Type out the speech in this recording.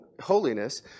holiness